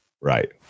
Right